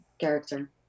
character